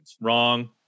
Wrong